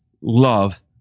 love